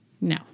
no